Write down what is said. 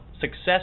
success